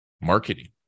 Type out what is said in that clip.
marketing